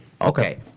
Okay